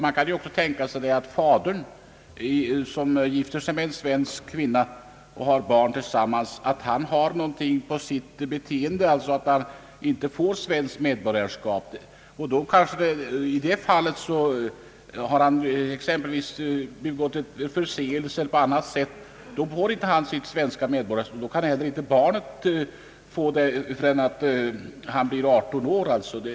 Man kan nämligen tänka sig att en utländsk man, som gifter sig med en svensk kvinna och får barn med henne, har ett sådant förflutet att han inte får svenskt medborgarskap. Har han exempelvis be gått en förseelse så får han inte sitt svenska medborgarskap, och då kan inte heller barnet få det förrän det blir 18 år.